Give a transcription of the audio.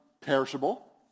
Perishable